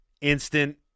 instant